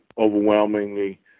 overwhelmingly